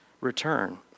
return